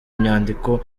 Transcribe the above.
inyandiko